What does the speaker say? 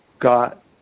got